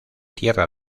tierra